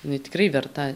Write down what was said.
jinai tikrai verta